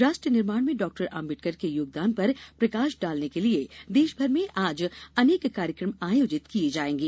राष्ट्र निर्माण में डॉक्टर आम्बेडकर के ्योगदान पर प्रकाश डालने के लिए देशभर में आज अनेक कार्यक्रम आयोजित किए जायेंगे